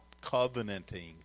covenanting